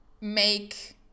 make